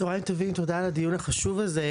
צוהריים טובים, תודה על הדיון החשוב הזה.